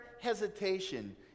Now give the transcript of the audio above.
hesitation